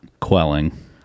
quelling